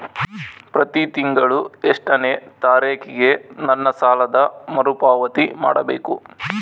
ಪ್ರತಿ ತಿಂಗಳು ಎಷ್ಟನೇ ತಾರೇಕಿಗೆ ನನ್ನ ಸಾಲದ ಮರುಪಾವತಿ ಮಾಡಬೇಕು?